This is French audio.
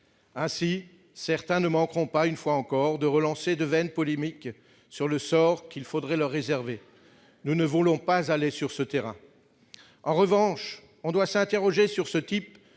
Ainsi, certains ne manqueront pas, une fois encore, de relancer de vaines polémiques sur le sort qu'il faudrait leur réserver ... Nous ne voulons pas aller sur ce terrain. En revanche, on doit s'interroger sur ce type